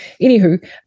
Anywho